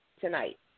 tonight